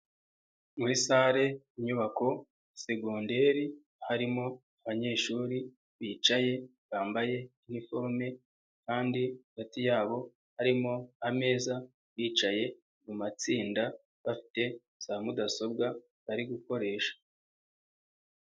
Muri sale inyubako segonderi, harimo, abanyeshuri, bicaye, bambaye, iniforume, kandi, hagati yabo, harimo, ameza, bicaye mu matsinda, bafite, za mudasobwa, bari gukoresha.